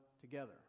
together